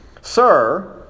Sir